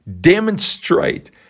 demonstrate